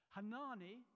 Hanani